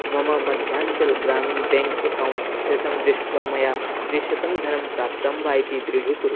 मम Madhyanchal Gramin bank account शेषं दृष्ट्वा मया त्रिशतं धनं प्राप्तं वा इति दृढीकुरु